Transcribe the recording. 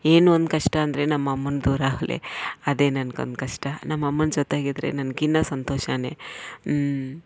ಏನೊಂದು ಕಷ್ಟ ಅಂದರೆ ನಮ್ಮಮ್ಮನ ದೂರ ಆದೆ ಅದೇ ನನ್ಗೊಂದು ಕಷ್ಟ ನಮ್ಮಮ್ಮನ ಜೊತೆಗಿದ್ರೆ ನನ್ಗಿನ್ನು ಸಂತೋಷನೆ ಹ್ಞೂ